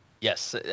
Yes